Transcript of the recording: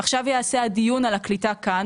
עכשיו ייעשה הדיון על הקליטה פה,